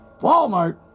Walmart